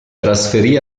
trasferì